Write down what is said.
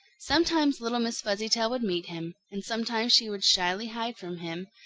sometimes little miss fuzzytail would meet him, and sometimes she would shyly hide from, him,